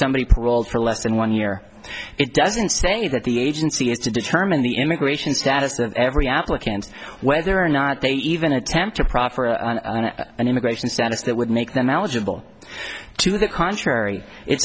somebody paroled for less than one year it doesn't say that the agency has to determine the immigration status of every applicants whether or not they even attempt to proffer an immigration status that would make them eligible to the contrary it